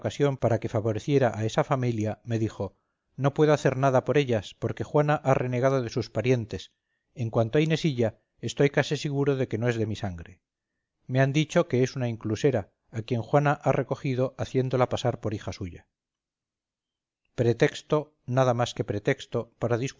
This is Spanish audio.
para que favoreciera a esa familia me dijo no puedo hacer nada por ellas porque juana ha renegado de sus parientes en cuanto a inesilla estoy casi seguro de que no es de mi sangre me han dicho que es una inclusera a quien juana ha recogido haciéndola pasar por hija suya pretexto nada más que pretexto para